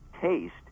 taste